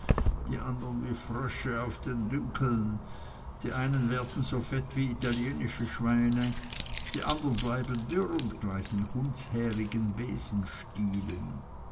die andern wie frösche auf den dünkeln die einen werden so fett wie italienische schweine die andern bleiben dürr und gleichen